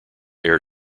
air